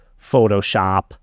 photoshop